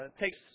takes